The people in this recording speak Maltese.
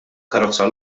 karozza